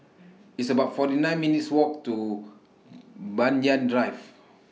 It's about forty nine minutes' Walk to Banyan Drive